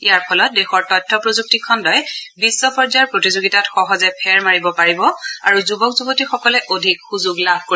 ইয়াৰ ফলত দেশৰ তথ্য প্ৰযুক্তি খণ্ডই বিশ্ব পৰ্যায়ৰ প্ৰতিযোগিতাত সহজে ফেৰ মাৰিব পাৰিব আৰু যুৱক যুৱতীসকলে অধিক সুযোগ লাভ কৰিব